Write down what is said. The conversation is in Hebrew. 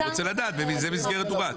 הוא רוצה לדעת באיזו מסגרת הוא רץ.